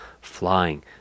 flying